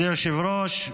אדוני היושב-ראש,